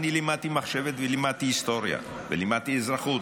אני לימדתי מחשבת ולימדתי היסטוריה ולימדתי אזרחות.